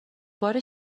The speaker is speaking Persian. بار